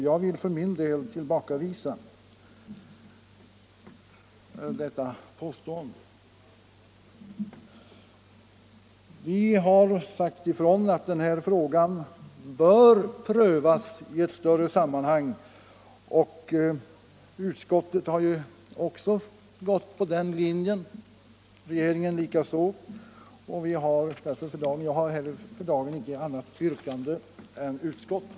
Jag vill för min del tillbakavisa detta påstående. Vi motionärer har sagt ifrån att den här frågan bör prövas i ett större sammanhang. Utskottet har ju också gått på den linjen, regeringen likaså. Jag har för dagen inget annat yrkande än utskottets.